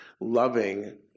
loving